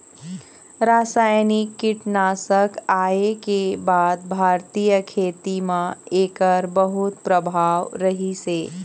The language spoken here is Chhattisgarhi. रासायनिक कीटनाशक आए के बाद भारतीय खेती म एकर बहुत प्रभाव रहीसे